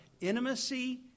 intimacy